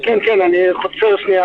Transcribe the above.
זה חשוב מאוד,